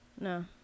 No